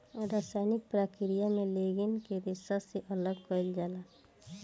रासायनिक प्रक्रिया में लीग्रीन के रेशा से अलग कईल जाला